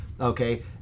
okay